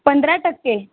पंधरा टक्के